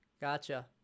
Gotcha